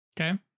Okay